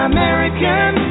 American